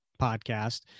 podcast